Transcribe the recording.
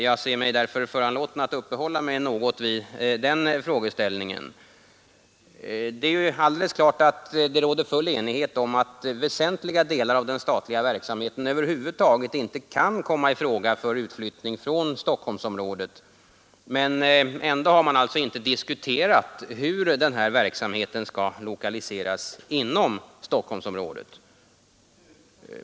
Jag ser mig därför föranlåten att uppehålla mig något vid den frågeställningen. Det är alldeles klart att det råder full enighet om att väsentliga delar av den statliga verksamheten över huvud taget inte kan komma i fråga för utflyttning från Stockholmsområdet, men ändå har man alltså inte diskuterat hur den här verksamheten skall lokaliseras inom Stockholmsområdet.